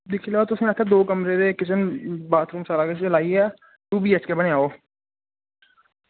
दिक्खी लैओ तुसें दो महां कमरे ते किचन बाथरूम सारा किश मलाइयै टू बी एच के बनेआ ओह्